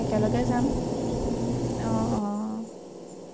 একেলগে যাম অঁ অঁ